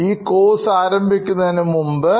ഈ course ആരംഭിക്കുന്നതിനുമുമ്പ്